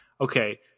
Okay